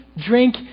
drink